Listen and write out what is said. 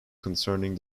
concerning